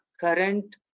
current